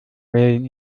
wählen